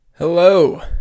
Hello